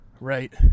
Right